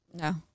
no